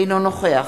אינו נוכח